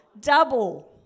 Double